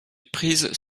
prises